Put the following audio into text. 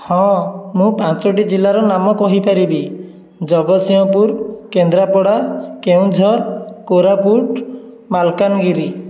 ହଁ ମୁଁ ପାଞ୍ଚଟି ଜିଲ୍ଲାର ନାମ ନାମ କହିପାରିବି ଜଗତସିଂହପୁର କେନ୍ଦ୍ରାପଡ଼ା କେଉଁଝର କୋରାପୁଟ ମାଲକାନଗିରି